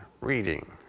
reading